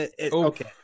Okay